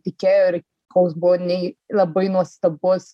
tikėjo ir koks buvo nei labai nuostabus